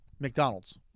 McDonald's